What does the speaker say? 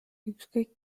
ükskõik